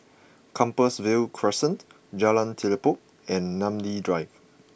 Compassvale Crescent Jalan Telipok and Namly Drive